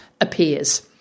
appears